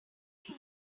moved